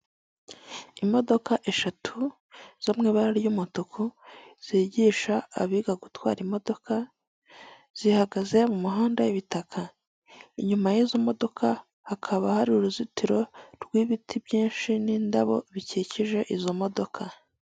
Urujya ni uruzan uruza rw'abantu bari kwamamaza umukandida mu matora y'umukuru w'igihugu bakaba barimo abagabo ndetse n'abagore, bakaba biganjemo abantu bambaye imyenda y'ibara ry'icyatsi, bari mu ma tente arimo amabara y'umweru, icyatsi n'umuhondo, bamwe bakaba bafite ibyapa biriho ifoto y'umugabo wambaye kositime byanditseho ngo tora, bakaba bacyikijwe n'ibiti byinshi ku musozi.